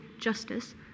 justice